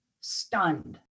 stunned